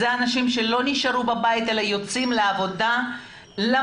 אלה אנשים שלא נשארו בבית אלא יוצאים לעבודה למרות